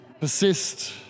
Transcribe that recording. Persist